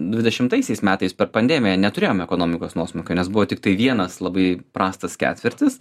dvidešimtaisiais metais per pandemiją neturėjome ekonomikos nuosmukio nes buvo tiktai vienas labai prastas ketvirtis